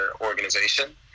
organization